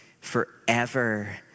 forever